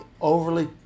overly